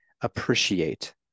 appreciate